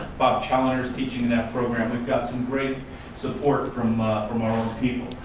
bob chalender is teaching in that program. we've got some great support from ah from our own people.